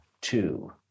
two